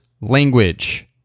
language